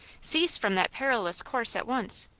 cease from that perilous course at once.